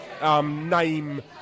Name